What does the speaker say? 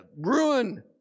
ruin